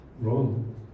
wrong